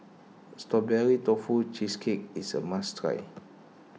Strawberry Tofu Cheesecake is a must try